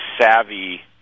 savvy